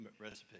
recipe